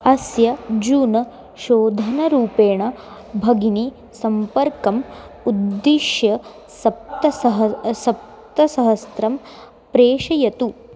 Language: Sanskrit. अस्य जून् शोधनरूपेण भगिनी सम्पर्कम् उद्दिश्य सप्तसह सप्तसहस्रं प्रेषयतु